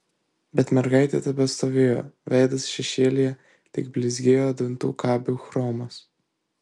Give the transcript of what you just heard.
bet mergaitė tebestovėjo veidas šešėlyje tik blizgėjo dantų kabių chromas